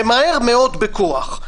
ומהר מאוד בכוח.